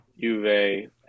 Juve